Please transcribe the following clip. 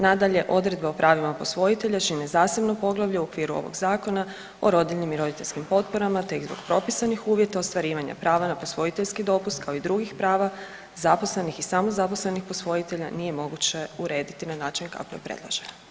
Nadalje, odredba o pravima posvojitelja čine zasebno poglavlje u okviru ovog Zakona o rodiljnim i roditeljskim potporama te ih zbog propisanih uvjeta ostvarivanja prava na posvojiteljski dopust, kao i drugih prava zaposlenih i samozaposlenih posvojitelja, nije moguće urediti na način kako je predloženo.